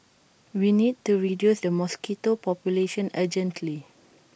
we need to reduce the mosquito population urgently